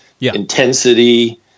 intensity